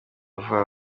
vuba